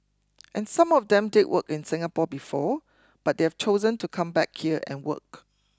and some of them did work in Singapore before but they've chosen to come back here and work